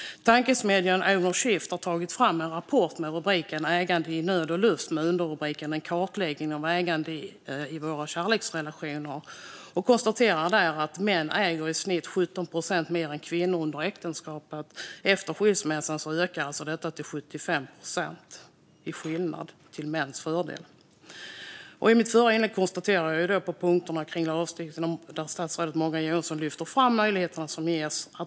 Tankesmedjan Ownershift har tagit fram en rapport med rubriken Ägande i nöd och lust - En kartläggning av ägande i våra kärleksrelatio ner . Där konstaterar man att män i snitt äger 17 procent mer än kvinnor under äktenskapet. Efter skilsmässan ökar det till 75 procent, till mäns fördel. I mitt förra inlägg konstaterade jag något när det gäller lagstiftningen. Statsrådet Morgan Johansson lyfter fram de möjligheter som ges.